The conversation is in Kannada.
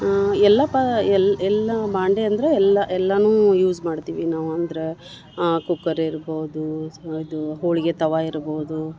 ಎಲ್ಲಪ್ಪ ಎಲ್ಲಿ ಎಲ್ಲ ಬಾಂಡೆ ಅಂದರೆ ಎಲ್ಲ ಎಲ್ಲನೂ ಯೂಸ್ ಮಾಡ್ತೀವಿ ನಾವು ಅಂದ್ರೆ ಕುಕ್ಕರ್ ಇರ್ಬೋದು ಸ್ ಹೋಳಿಗೆ ತವಾ ಇರ್ಬೋದು